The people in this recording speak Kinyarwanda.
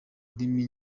indimi